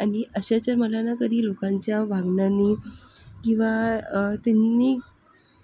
आणि असे जर मनाला कधी लोकांच्या वागण्याने किंवा त्यांनी